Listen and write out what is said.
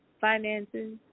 finances